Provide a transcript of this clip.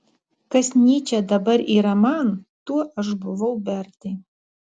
kas nyčė dabar yra man tuo aš buvau bertai